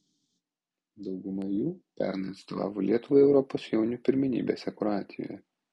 dauguma jų pernai atstovavo lietuvai europos jaunių pirmenybėse kroatijoje